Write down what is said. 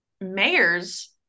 mayors